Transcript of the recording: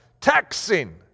taxing